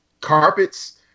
carpets